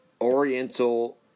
oriental